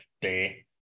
day